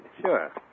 Sure